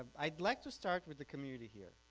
i'd like to start with the community here.